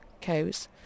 cows